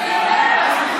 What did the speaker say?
החוצה.